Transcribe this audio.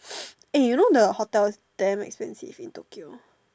eh you know the hotels damn expensive in Tokyo